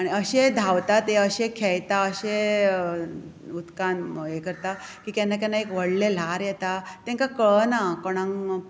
आनी अशें धांवता ते अशें खेळटा अशे उदकांत हें करता केन्ना केन्ना एक व्हडलें ल्हार येता तांकां कळना कोणांक